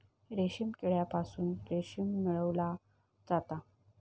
रेशीम किड्यांपासून रेशीम मिळवला जाता